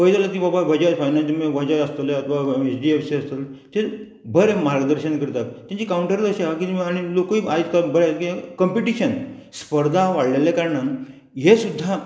पळय जाल्यार ती बाजाज फायनेंस तुमी वजा आसतले बाबा एच डि एफ सी आसतले ते बरे मार्गदर्शन करता तेंची कावंटर अशी आहा की तुमी आनी लोकूय आयज काल बरें किदें कंपिटिशन स्पर्धा वाडलेल्या कारणान हे सुद्दां